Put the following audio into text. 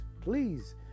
Please